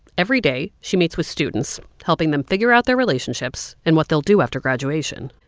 every day she meets with students, helping them figure out their relationships and what they'll do after graduation.